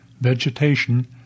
vegetation